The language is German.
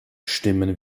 stimmen